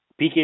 PK